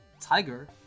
Tiger